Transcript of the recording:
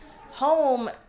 home